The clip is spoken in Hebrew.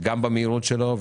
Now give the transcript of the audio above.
גם במהירות שלו,